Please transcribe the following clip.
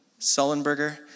Sullenberger